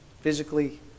physically